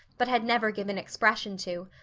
but had never given expression to.